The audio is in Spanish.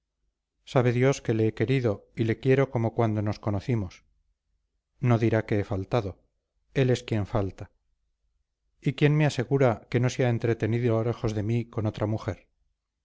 sabe dios que le he querido y le quiero como cuando nos conocimos no dirá que he faltado él es quien falta y quién me asegura que no se ha entretenido lejos de mí con otra mujer